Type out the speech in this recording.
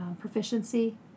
proficiency